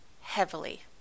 heavily